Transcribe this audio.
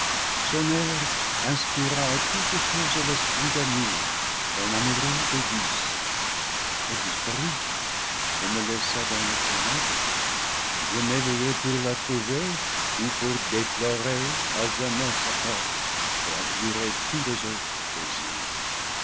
à toutes choses l'esprit d'amour et un amoureux délice elle dis parut et me laissa dans les ténèbres je m'éveillai pour la trouver ou pour déplorer à jamais sa perle et abjurer tous les autres plaisirs